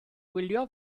gwylio